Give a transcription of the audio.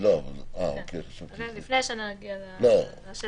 באמת רלבנטיים גם להחלטה על ההכרזה וגם לפיקוח על